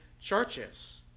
churches